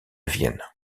vienne